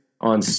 on